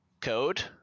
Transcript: code